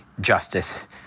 justice